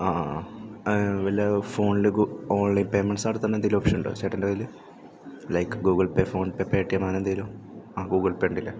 ആ ആ വല്ല ഫോണിൽ ഓൺലൈൻ പേയ്മെൻറ്റ്സ് നടത്തുന്ന എന്തെങ്കിലും ഓപ്ഷൻ ഉണ്ടോ ചേട്ടൻ്റെ കയ്യിൽ like Google Pay PhonePe Paytm അങ്ങനെ എന്തെങ്കിലും ആ ഗൂഗിൾ പേ ഉണ്ടല്ലേ